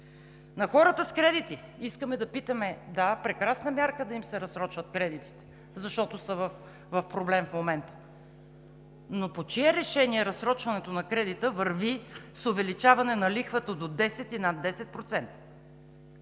На хората с кредити. Искаме да питаме – да, прекрасна мярка е да се разсрочват кредитите, защото са проблем в момента, но по чие решение разсрочването на кредита върви с увеличаване на лихвата до 10% и над 10%?